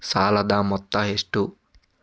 ಸಾಲದ ಮೊತ್ತ ಎಷ್ಟು?